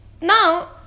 Now